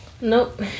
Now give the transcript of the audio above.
Nope